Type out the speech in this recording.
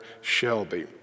Shelby